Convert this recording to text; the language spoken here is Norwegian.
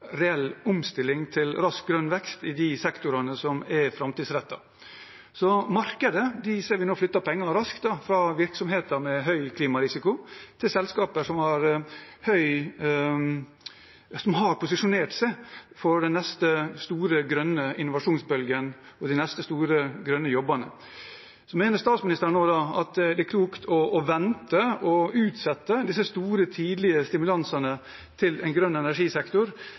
ser nå markedet flytte penger raskt fra virksomheter med høy klimarisiko til selskaper som har posisjonert seg for den neste store, grønne innovasjonsbølgen og de neste store, grønne jobbene. Mener statsministeren at det er klokt å vente og utsette disse store tidlige stimulansene til en grønn energisektor?